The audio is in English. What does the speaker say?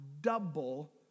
double